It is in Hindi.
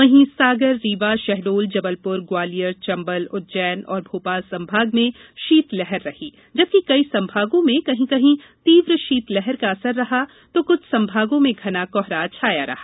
वहीं सागर रीवा शहडोल जबलप्र ग्वालियर चंबल उज्जैन और भोपाल संभाग में शीतलहर रही जबकि कई संभागों में कहीं कहीं तीव्र शीतलहर का असर रहा तो कुछ संभागों में घना कोहरा छाया रहा